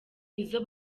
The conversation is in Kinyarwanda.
izo